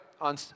on